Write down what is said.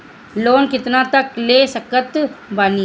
Loan कितना तक ले सकत बानी?